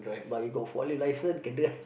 but you got forklift license can drive